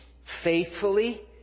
faithfully